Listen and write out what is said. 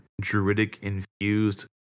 druidic-infused